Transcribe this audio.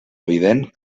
evident